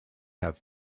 have